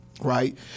Right